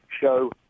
show